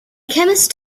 chemist